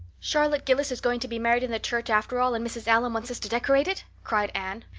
charlotte gillis is going to be married in the church after all and mrs. allan wants us to decorate it, cried anne.